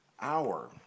hour